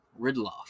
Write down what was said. Ridloff